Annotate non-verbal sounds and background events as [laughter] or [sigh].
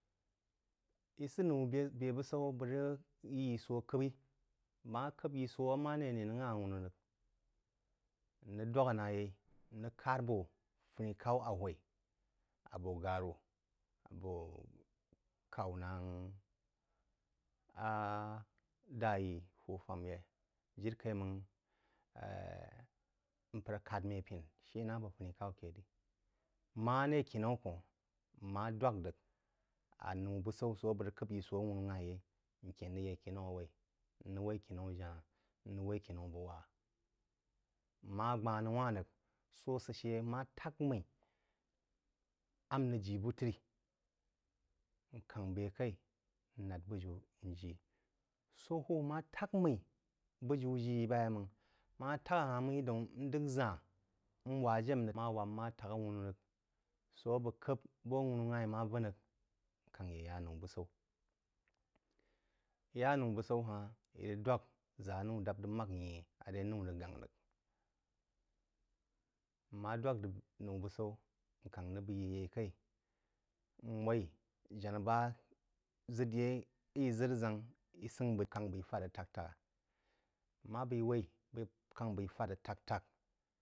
Í sə noū busau̍ á bəg rəg yí sō k’əb-í. Bəg ma k’əb-í yí sō a marē ane rəg ngha-aghanū rəg. N̄ rəg dwak ná yeí n rəg kár bō funí-k’au a hwaí abō ganu, abo [hesitation] k’au naaangh aaah dā-í hú fām yi, jiri kaú-máng mpər kād mmí apəna shí na abō funi-k’au ké ri, maré kinaú kōnh m ma dwāk rəg anoū-bu saú sō a bəg rəg k’əb yí sō awūnu-ngha-ī yeī n kēn rəg yā kənaú waí, n rəg waí kēnaú janáh, n rəg waí kēnau bu-waá, n ma jbānūwá rəg, sō asə shə má tak mmí a n rəg jí bū trí n káng bē kaí n lá bujiú n jí. Sō hwūb má tak mmí bujiú ji ba yeí máng, má tak-hāh mmí doún n d’əgh ʒān n waá jé n waa̍ má tá- awu̍nú rəg sō a bəg kəb bəg awunú-gha-í má vūb rəg n káng yé yá noū-busaú. Í yá noù-busaú ha-hn, í rəg dwak ʒá anoū dāp rəg māk yhən, arē anoū gān rəg n mā dwak rəg nōu bú-sau n káng rəg b’eí yeí kaí n waí jana ba ʒəu yeí, í ʒəd ʒáng í səghn bəg káng b’aí fād rəg tāk-tak-a n ma b’aī waí bəg sáng b’aí fád rəg tak-tāk